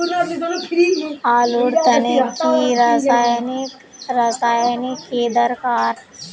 आलूर तने की रासायनिक रासायनिक की दरकार?